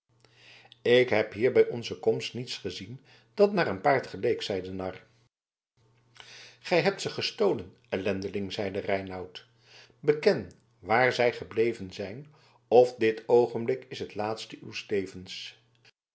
ik heb hier bij onze komst niets gezien dat naar een paard geleek zeide de nar gij hebt ze gestolen ellendeling zeide reinout beken waar zij gebleven zijn of dit oogenblik is het laatste uws levens